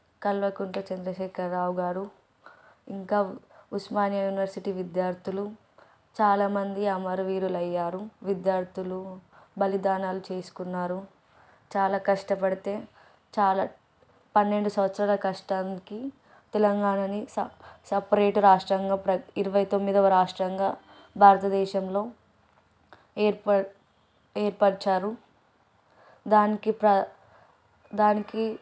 కల్వకుంట్ల చంద్రశేఖరరావు గారు ఇంకా ఉస్మానియా యూనివర్సిటీ విద్యార్థులు చాలామంది అమరవీరులయ్యారు విద్యార్థులు బలిదానాలు చేసుకున్నారు చాలా కష్టపడితే చాలా పన్నెండు సంవత్సరాల కష్టానికి తెలంగాణని స సపరేటు రాష్ట్రంగా ప్ర ఇరవై తొమ్మిదవ రాష్ట్రంగా భారతదేశంలో ఏర్ప ఏర్పరిచారు దానికి ప్ర దానికి